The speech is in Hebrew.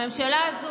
הממשלה הזאת,